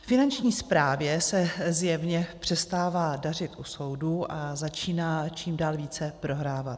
Finanční správě se zjevně přestává dařit u soudů a začíná čím dál více prohrávat.